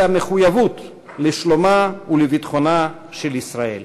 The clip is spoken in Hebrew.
המחויבות לשלומה ולביטחונה של ישראל.